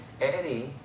Eddie